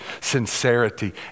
sincerity